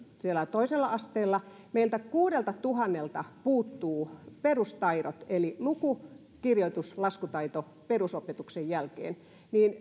siellä toisella asteella ja meillä kuudeltatuhannelta puuttuu perustaidot eli luku kirjoitus laskutaito perusopetuksen jälkeen niin